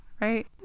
Right